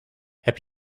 heb